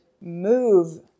move